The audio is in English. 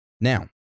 Now